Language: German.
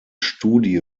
studie